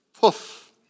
Poof